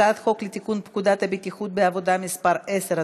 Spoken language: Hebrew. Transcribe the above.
הצעת חוק לתיקון פקודת הבטיחות בעבודה (מס' 10),